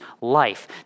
life